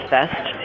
Fest